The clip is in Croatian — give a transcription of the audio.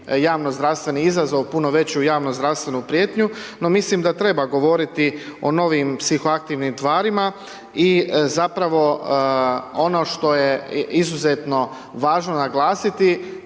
javno zdravstveni izazov, puno veću javnu zdravstvenu prijetnju. No mislim da treba govoriti o novim psihoaktivnim tvarima i zapravo ono što je izuzetno važno naglasiti